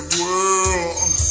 world